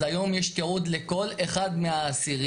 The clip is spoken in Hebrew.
אז היום יש תיעוד לכל אחד מהאסירים.